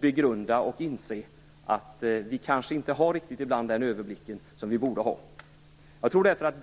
begrunda och inse att vi ibland kanske inte riktigt har den överblick vi borde ha inom olika sakområden.